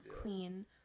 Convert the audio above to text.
queen